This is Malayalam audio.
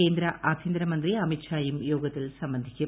കേന്ദ്ര ആഭ്യന്തരമന്ത്രി അമിത് ഷായും യോഗത്തിൽ സംബന്ധിക്കും